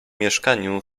mieszkaniu